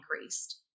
increased